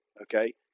okay